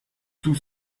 tout